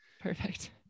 Perfect